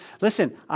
Listen